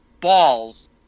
balls